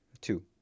Two